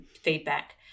feedback